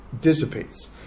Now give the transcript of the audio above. dissipates